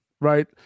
right